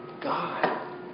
God